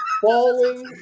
falling